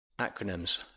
Acronyms